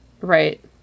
right